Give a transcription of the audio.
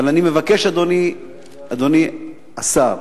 אבל אני מבקש, אדוני השר,